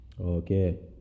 Okay